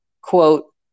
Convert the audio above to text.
quote